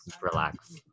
relax